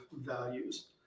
values